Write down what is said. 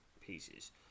pieces